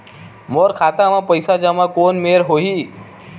मोर खाता मा पईसा जमा कोन मेर होही?